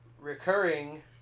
Recurring